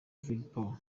vigpower